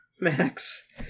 Max